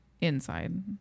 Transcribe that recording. inside